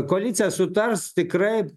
koalicija sutars tikrai